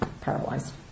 paralyzed